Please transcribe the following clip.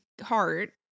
heart